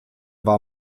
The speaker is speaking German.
war